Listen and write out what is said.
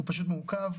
הוא פשוט מעוכב.